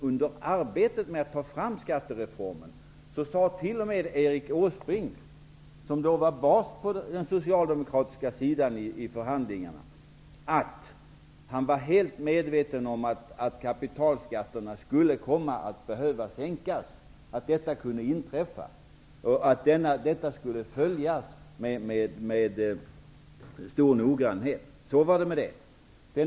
Under arbetet med att ta fram skattereformen sade t.o.m. Erik Åsbrink, som då var bas på den socialdemokratiska sidan i förhandlingarna, att han var helt medveten om att kapitalskatterna skulle behöva sänkas, att detta kunde inträffa och att detta skulle följas med stor noggrannhet. Så var det med den saken.